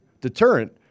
deterrent